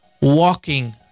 walking